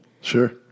Sure